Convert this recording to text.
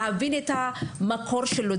להבין את המקור שלו,